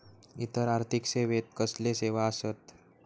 इतर आर्थिक सेवेत कसले सेवा आसत?